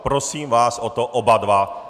Prosím vás o to oba dva.